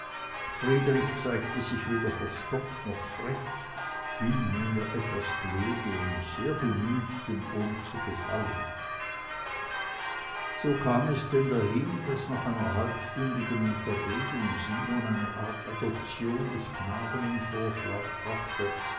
friedrich zeigte sich weder verstockt noch frech vielmehr etwas blöde und sehr bemüht dem ohm zu gefallen so kam es denn dahin daß nach einer halbstündigen unterredung simon eine art adoption des knaben in vorschlag brachte